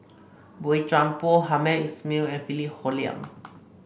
Boey Chuan Poh Hamed Ismail and Philip Hoalim